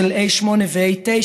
8A ו-A9,